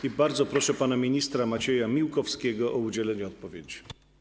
I bardzo proszę pana ministra Macieja Miłkowskiego o udzielenie odpowiedzi.